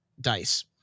dice